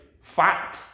fact